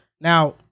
Now